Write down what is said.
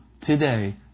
today